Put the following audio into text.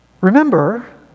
Remember